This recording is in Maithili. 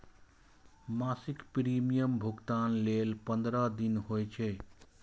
मासिक प्रीमियम भुगतान लेल पंद्रह दिन होइ छै